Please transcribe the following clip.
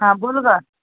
हां बोल गं